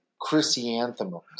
chrysanthemums